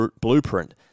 blueprint